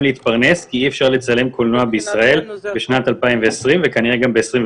להתפרנס כי אי אפשר לצלם קולנוע בישראל בשנת 2020 וכנראה גם ב-2021.